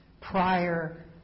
prior